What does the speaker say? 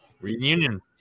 Reunion